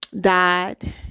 died